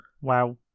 Wow